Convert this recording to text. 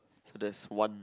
so that's one